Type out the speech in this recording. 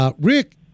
Rick